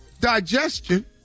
digestion